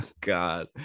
God